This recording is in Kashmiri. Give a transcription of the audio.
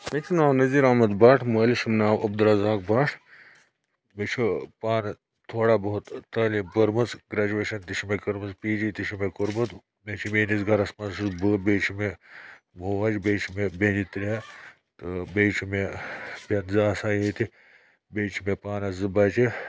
مےٚ چھُ ناو نظیٖر احمد بٹ مٲلِس چھُ ناو عبدالرزاق بٹ مےٚ چھُ پانہٕ تھوڑا بہت تعلیٖم پٔرمٕژ گریجویشَن تہِ چھِ مےٚ کٔرمٕژ پی جی تہِ چھُ مےٚ کوٚرمُت مےٚ چھِ میٲنِس گرَس منٛز چھُس بہٕ بیٚیہِ چھُ مےٚ موج بیٚیہِ چھِ مےٚ بیٚنہِ ترٛےٚ تہٕ بیٚیہِ چھُ مےٚ پٮ۪ٚنزٕ آسان ییٚتہِ بیٚیہِ چھِ مےٚ پانَس زٕ بَچہِ